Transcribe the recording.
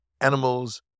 animals